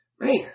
Man